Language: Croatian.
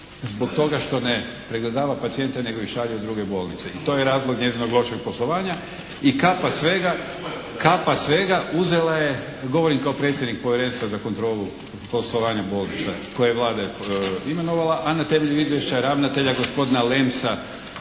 zbog toga što ne pregledava pacijente nego ih šalje u druge bolnice. I to je razlog njezinog lošeg poslovanja. I kapa svega, uzela je… …/Upadica se ne čuje./… Govorim kao predsjednik Povjerenstva za kontrolu poslovanja bolnice koji je Vlada imenovala a na temelju izvješća ravnatelja gospodina Lemsa